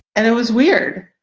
and it was weird.